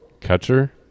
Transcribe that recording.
Catcher